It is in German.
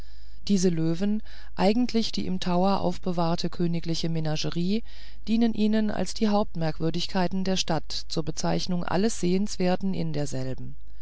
diese löwen eigentlich die im tower aufgewahrte königliche menagerie dienen ihnen als die hauptmerkwürdigkeiten der stadt zur bezeichnung alles sehenswerten in derselben